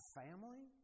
family